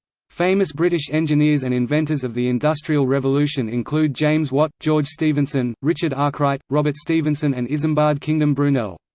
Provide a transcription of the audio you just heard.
famous british engineers and inventors of the industrial revolution include james watt, george stephenson, richard arkwright, robert stephenson and isambard kingdom brunel.